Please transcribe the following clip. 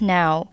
now